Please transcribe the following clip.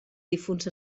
difunts